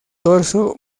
dorso